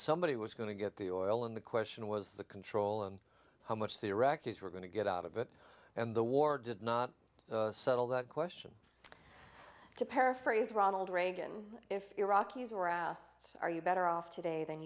somebody was going to get the oil and the question was the control and how much the iraqis were going to get out of it and the war did not settle that question to paraphrase ronald reagan if iraqis were asked are you better off today than